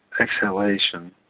exhalation